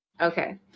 Okay